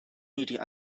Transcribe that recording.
media